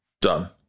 Done